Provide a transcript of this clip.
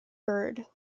bird